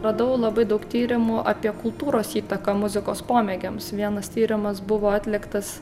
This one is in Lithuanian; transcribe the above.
radau labai daug tyrimų apie kultūros įtaką muzikos pomėgiams vienas tyrimas buvo atliktas